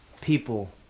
people